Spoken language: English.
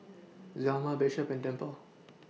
Zelma Bishop and Dimple